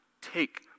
take